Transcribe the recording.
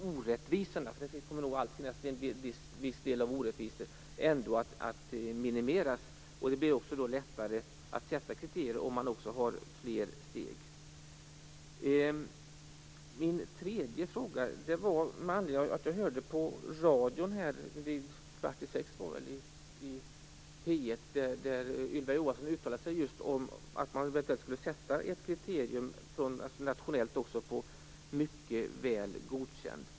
Det kommer nog alltid att finnas en del orättvisor, men orättvisorna minimeras och det blir lättare att fastställa kriterier om det finns fler steg. Min tredje fråga är föranledd av något som jag hörde i dag på eftermiddagen ungefär kl. 17.45 i radion. Ylva Johansson uttalade sig om ett eventuellt nationellt kriterium för Mycket väl godkänd.